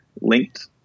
linked